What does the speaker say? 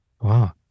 Wow